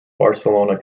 barcelona